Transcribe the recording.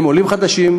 הם עולים חדשים,